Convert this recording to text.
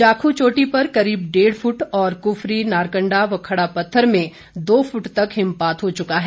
जाखू चोटी पर करीब डेढ़ फुट और कुफरी नारकण्डा व खड़ापत्थर में दो फुट तक हिमपात हो चुका है